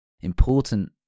important